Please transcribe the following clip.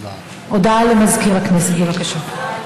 הודעה לסגן מזכירת הכנסת, בבקשה.